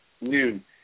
noon